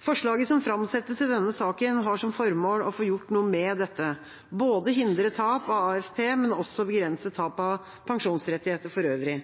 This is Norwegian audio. Forslaget som framsettes i denne saken, har som formål å få gjort noe med dette, både hindre tap av AFP og også begrense tap av pensjonsrettigheter for øvrig.